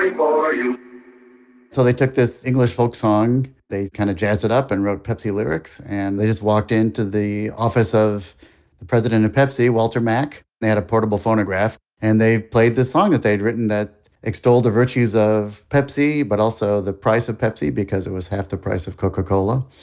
ah so they took this english folk song, they kind of jazzed it up and wrote pepsi lyrics, and they just walked into the office of the president of pepsi, walter mack, they had a portable phonograph, and they played this song that they'd written that extolled the virtues of pepsi, but also the price of pepsi, because it was half the price of coca-cola.